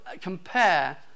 compare